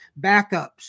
backups